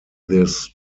this